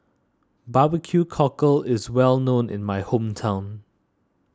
Barbecue Cockle is well known in my hometown